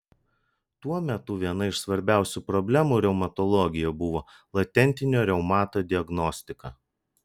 tuo metu viena iš svarbiausių problemų reumatologijoje buvo latentinio reumato diagnostika